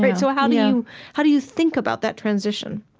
but so how yeah um how do you think about that transition?